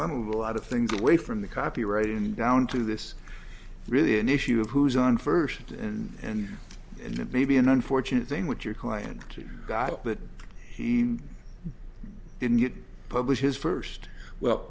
e of a lot of things away from the copyright and down to this really an issue of who's on first and and and it may be an unfortunate thing with your client to god but he didn't get to publish his first well